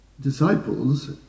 disciples